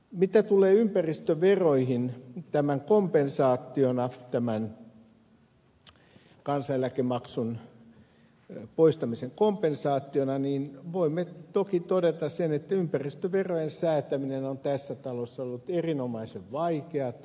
mitä tulee ympäristöveroihin tämän kansaneläkemaksun poistamisen kompensaationa niin voimme toki todeta sen että ympäristöverojen säätäminen on tässä talossa ollut erinomaisen vaikeata